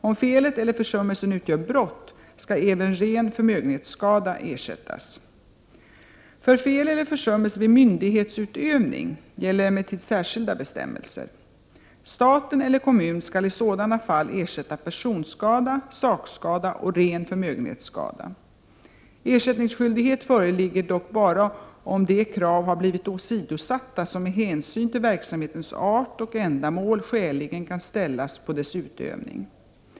Om felet eller försummelsen utgör brott, skall även ren förmögenhetsskada ersättas. För fel eller försummelser vid myndighetsutövning gäller emellertid särskilda bestämmelser. Staten eller kommun skall i sådana fall ersätta personskada, sakskada och ren förmögenhetsskada. Ersättningsskyldighet föreligger dock bara om de krav har blivit åsidosatta som med hänsyn till verksamhetens art och ändamål skäligen kan ställas på dess utövning.